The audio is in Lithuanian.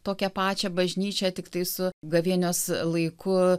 tokią pačią bažnyčią tiktai su gavėnios laiku